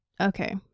Okay